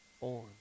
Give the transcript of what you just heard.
on